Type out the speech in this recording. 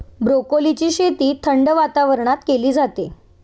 ब्रोकोलीची शेती थंड वातावरणात केली जाते